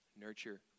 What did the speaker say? nurture